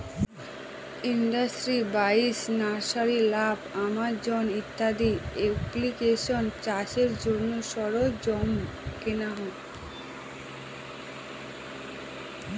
industry বাইশ, nursery live, Amazon ইত্যাদি এপ্লিকেশানে চাষের জন্য সরঞ্জাম কেনা হয়